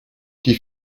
die